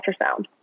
ultrasound